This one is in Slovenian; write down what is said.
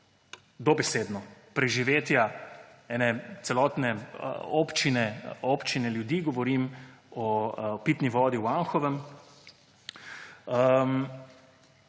dobesedno preživetja ene celotne občine ljudi, govorim o pitni vodi v Anhovem.